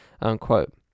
Unquote